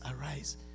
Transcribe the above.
arise